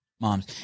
mom's